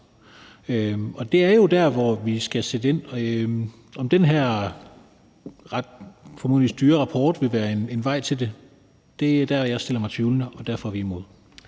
Og det er jo der, hvor vi skal sætte ind. Om den her formodentlig ret dyre rapport vil være en vej til det, er det, jeg stiller mig tvivlende over for, og derfor er vi imod.